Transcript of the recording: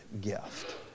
gift